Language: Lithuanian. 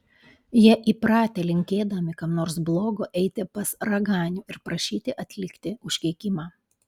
jie įpratę linkėdami kam nors blogo eiti pas raganių ir prašyti atlikti užkeikimą